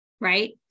right